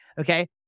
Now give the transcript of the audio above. Okay